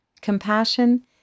compassion